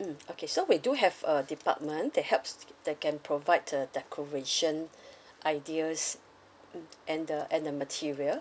mm okay so we do have a department that helps that can provide uh decoration ideas mm and the and the material